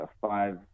five